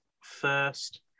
first